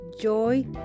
joy